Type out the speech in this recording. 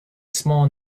small